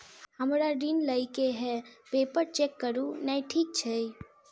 हमरा ऋण लई केँ हय पेपर चेक करू नै ठीक छई?